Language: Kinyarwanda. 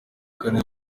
kane